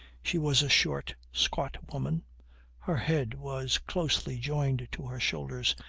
she was a short, squat woman her head was closely joined to her shoulders,